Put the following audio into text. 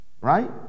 right